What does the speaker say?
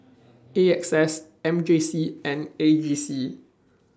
A X S M J C and A J C